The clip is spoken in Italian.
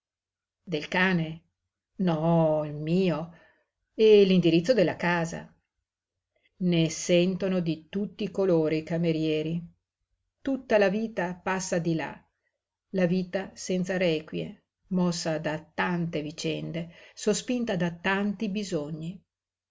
del cane no mio e l'indirizzo della casa ne sentono di tutti i colori i camerieri tutta la vita passa di là la vita senza requie mossa da tante vicende sospinta da tanti bisogni